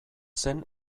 zen